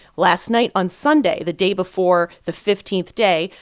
last night, on sunday, the day before the fifteenth day,